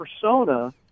persona